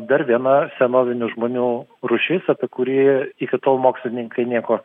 dar viena senovinių žmonių rūšis apie kurį iki tol mokslininkai nieko